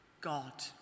God